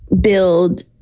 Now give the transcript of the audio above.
build